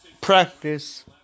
practice